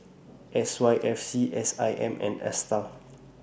S Y F C S I M and ASTAR